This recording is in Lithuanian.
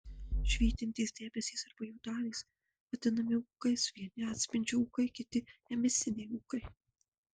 švytintys debesys arba jų dalys vadinami ūkais vieni atspindžio ūkai kiti emisiniai ūkai